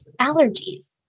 allergies